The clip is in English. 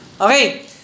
Okay